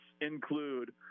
include